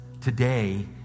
Today